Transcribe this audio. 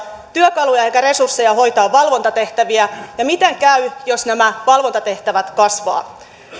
työkaluja eikä resursseja hoitaa valvontatehtäviä ja miten käy jos nämä valvontatehtävät kasvavat